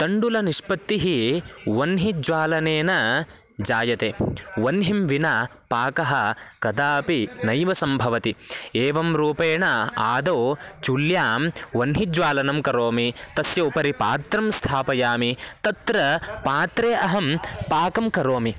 तण्डुलनिष्पत्तिः वह्नेः ज्वालनेन जायते वह्निं विना पाकः कदापि नैव सम्भवति एवं रूपेण आदौ चुल्ल्यां वह्निज्वालनं करोमि तस्य उपरि पात्रं स्थापयामि पाकं करोमि